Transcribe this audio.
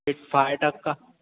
हिकु फ़ाइव टका